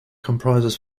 comprises